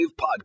Podcast